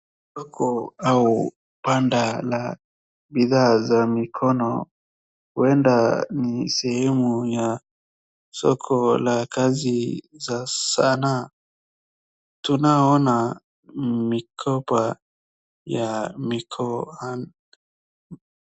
Soko au banda la bidhaa za mikono, huenda ni sehemu ya soko la kazi zasanaa. Tunaoona mikomba ya.